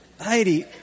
Heidi